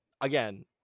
again